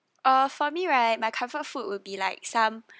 uh for me right my comfort food will be like some